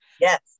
Yes